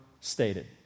stated